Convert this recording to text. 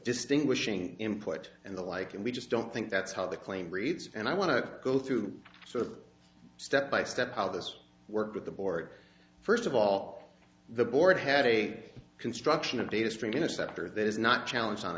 distinguishing input and the like and we just don't think that's how the claim reads and i want to go through sort of step by step how this worked with the board first of all the board had a construction of data string interceptor that is not challenge on